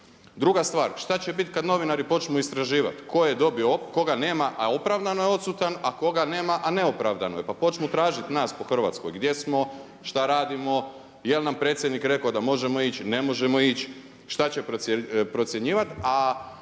Druga stvar, šta će biti kada novinari počinu istraživati, tko je dobio, koga nema a opravdano je odsutan a opravdano je odsutan a koga nema a neopravdano je. Pa počnu tražiti nas po Hrvatskoj gdje smo, šta radimo, je li nam predsjednik rekao da možemo ići, ne možemo ići, šta će procjenjivati.